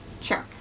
Sure